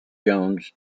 jones